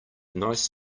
nice